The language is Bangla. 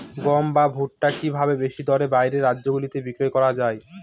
গম বা ভুট্ট কি ভাবে বেশি দরে বাইরের রাজ্যগুলিতে বিক্রয় করা য়ায়?